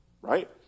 right